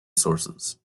sources